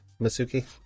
Masuki